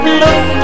look